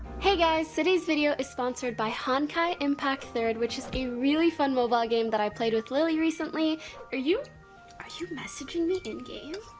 hey guys today's video is sponsored by honkai impact third which is a really fun mobile game that i played with lily recently are you are you messaging me in game?